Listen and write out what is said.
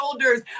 shoulders